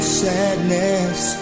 sadness